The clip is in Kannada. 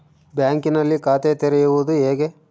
ಬ್ಯಾಂಕಿನಲ್ಲಿ ಖಾತೆ ತೆರೆಯುವುದು ಹೇಗೆ?